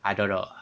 I don't know